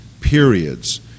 periods